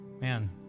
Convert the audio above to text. Man